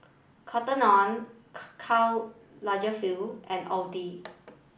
Cotton On Karl Lagerfeld and Audi